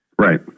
Right